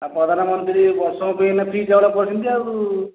ପ୍ରଧାନମନ୍ତ୍ରୀ ବର୍ଷକ ପାଇଁ ଏଇନେ ଫ୍ରି ଚାଉଳ କରିଛନ୍ତି ଆଉ